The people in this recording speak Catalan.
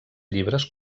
llibres